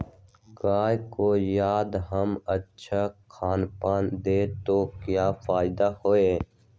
गाय को यदि हम अच्छा खानपान दें तो क्या फायदे हैं?